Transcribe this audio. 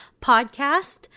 podcast